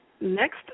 next